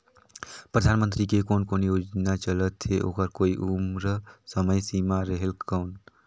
परधानमंतरी के कोन कोन योजना चलत हे ओकर कोई उम्र समय सीमा रेहेल कौन?